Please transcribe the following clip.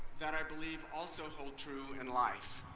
that i believe also hold true in life.